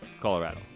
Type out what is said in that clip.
Colorado